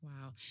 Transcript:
wow